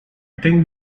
think